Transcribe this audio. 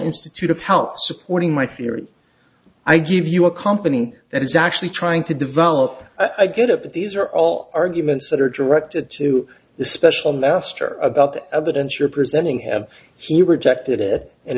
institute of health supporting my theory i give you a company that is actually trying to develop a get up but these are all arguments that are directed to the special master about the evidence you're presenting have he rejected it and